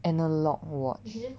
analogue watch